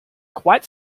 quite